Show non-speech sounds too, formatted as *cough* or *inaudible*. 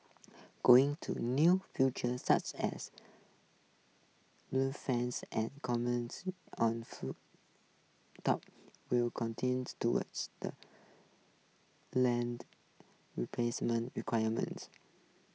going to new future such as *unintelligible* fans and commons on full top will *unintelligible* towards the land replacement requirements